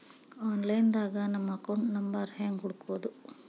Online ದಾಗ ನಮ್ಮ account number ಹೆಂಗ್ ಹುಡ್ಕೊದು?